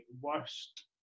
worst